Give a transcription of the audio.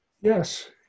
Yes